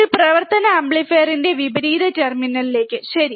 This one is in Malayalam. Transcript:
ഒരു പ്രവർത്തന ആംപ്ലിഫയറിന്റെ വിപരീത ടെർമിനൽലേക്ക് ശരി